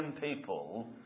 people